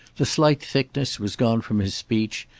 the slight thickness was gone from his speech,